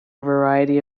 variety